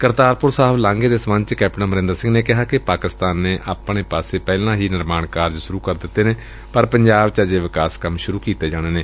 ਕਰਤਾਰਪੂਰ ਲਾਂਘੇ ਦੇ ਸਬੰਧ ਚ ਕੈਪਟਨ ਅਮਰਿੰਦਰ ਸਿੰਘ ਨੇ ਕਿਹਾ ਕਿ ਪਾਕਿਸਤਾਨ ਨੇ ਆਪਣੇ ਪਾਸੇ ਪਹਿਲਾਂ ਹੀ ਨਿਰਮਾਣ ਕਾਰਜ ਸ਼ੁਰੂ ਕਰ ਦਿੱਤੇ ਨੇ ਪਰ ਪੰਜਾਬ ਚ ਅਜੇ ਵਿਕਾਸ ਕੰਮ ਸ਼ੁਰੂ ਕੀਤੇ ਜਾਣੇ ਨੇ